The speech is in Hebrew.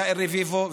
יאיר רביבו,